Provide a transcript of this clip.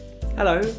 Hello